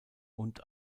und